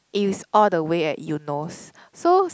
it's all the way at Eunos so